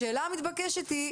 השאלה המתבקשת היא: